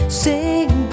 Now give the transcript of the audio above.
sing